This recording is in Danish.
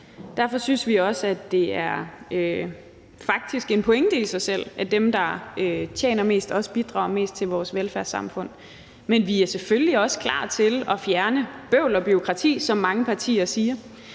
Derfor synes vi også, at det faktisk er en pointe i sig selv, at dem, der tjener mest, også bidrager mest til vores velfærdssamfund. Men vi er selvfølgelig også klar til at fjerne bøvl og bureaukrati, som mange partier siger